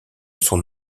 son